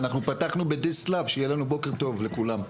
אנחנו פתחנו בדיסק לאב שיהיה לנו בוקר טוב לכולם.